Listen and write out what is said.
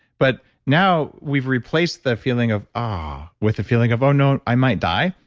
but now we've replaced the feeling of ah, with the feeling of unknown, i might die,